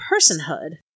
personhood